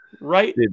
Right